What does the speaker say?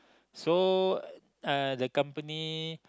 so uh the company